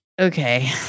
Okay